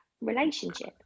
relationship